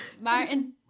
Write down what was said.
Martin